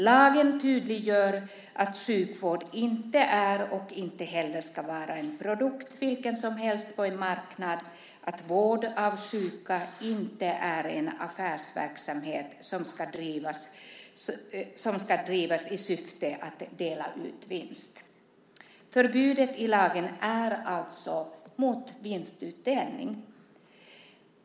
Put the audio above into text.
Lagen tydliggör att sjukvården inte är och inte heller ska vara en produkt vilken som helst på en marknad, att vård av sjuka inte är en affärsverksamhet som ska drivas i syfte att dela ut vinst. Förbudet i lagen är alltså mot vinstutdelning.